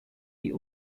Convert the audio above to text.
die